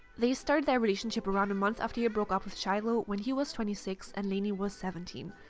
they started their relationship around a month after he broke up with shiloh, when he was twenty six and lainey was seventeen.